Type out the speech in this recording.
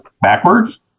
backwards